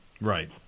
Right